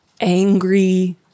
angry